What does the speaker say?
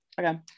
okay